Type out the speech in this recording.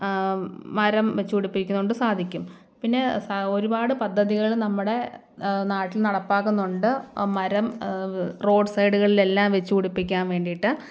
മരം വെച്ചുപിടിപ്പിക്കുന്നത് കൊണ്ട് സാധിക്കും പിന്നെ ഒരുപാട് പദ്ധതികൾ നമ്മുടെ നാട്ടിൽ നടപ്പാക്കുന്നുണ്ട് മരം റോഡ് സൈഡുകളിലെല്ലാം വെച്ച് പിടിപ്പിക്കാൻ വേണ്ടീട്ട്